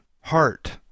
HEART